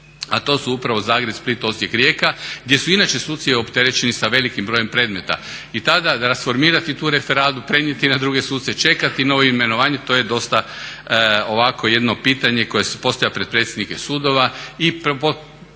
a to su upravo Zagreb, Split, Osijek, Rijeka gdje su inače suci opterećeni sa velikim brojem predmeta. I tada rasformirati tu referadu, prenijeti na druge suce, čekati novo imenovanje to je dosta ovako jedno pitanje koje se postavlja pred predsjednike sudova